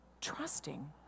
trusting